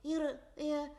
ir jie